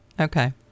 Okay